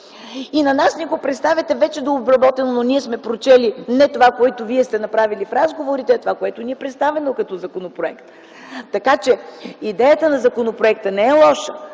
След това го представяте дообработено, но ние сме прочели не това, което Вие сте направили в разговорите, а онова, което ни е представено като законопроект. Идеята на законопроекта не е лоша,